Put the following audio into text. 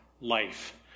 life